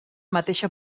mateixa